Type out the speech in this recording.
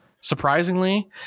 surprisingly